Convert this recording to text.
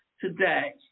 today